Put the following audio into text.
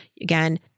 Again